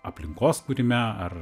aplinkos kūrime ar